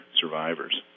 survivors